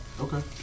Okay